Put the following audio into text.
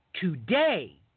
Today